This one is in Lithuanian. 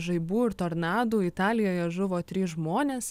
žaibų ir tornadų italijoje žuvo trys žmonės